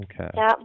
Okay